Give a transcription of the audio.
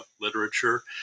Literature